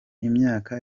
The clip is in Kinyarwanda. imyaka